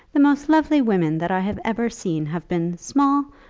the most lovely women that i have ever seen have been small,